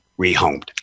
rehomed